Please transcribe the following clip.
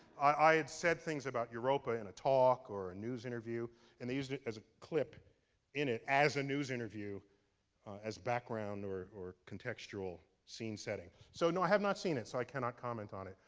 i had said things about europa in a talk or a news interview and they used it as a clip in it, as a news interview as background or or contextual scene-setting. so, no, i have not seen it, so i cannot comment on it.